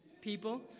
people